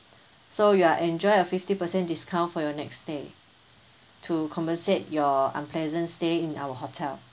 so you are enjoy a fifty percent discount for your next day to compensate your unpleasant stay in our hotel